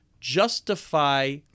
justify